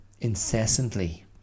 incessantly